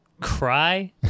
cry